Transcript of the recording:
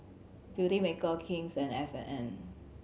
Beautymaker King's and F and N